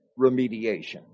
remediation